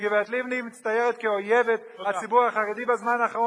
וגברת לבני מצטיירת כאויבת הציבור החרדי בזמן האחרון.